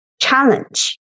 challenge